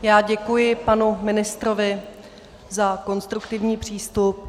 Já děkuji panu ministrovi za konstruktivní přístup.